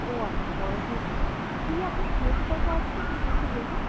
ও আচ্ছা বড় সাইজ লাগবে দিদি আপনার রেঞ্জ কত আছে সেটা একটু বলুন